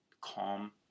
calm